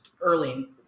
early